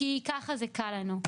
כי ככה זה קל לנו.